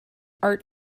art